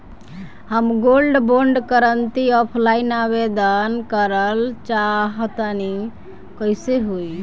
हम gold bond करंति offline आवेदन करल चाह तनि कइसे होई?